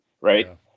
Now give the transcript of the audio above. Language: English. Right